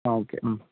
okay